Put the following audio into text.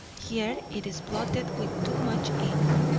here it is blotted with too much ink,